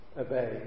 obey